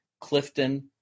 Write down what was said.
Clifton